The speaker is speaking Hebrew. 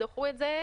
למה דחו את זה?